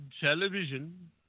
television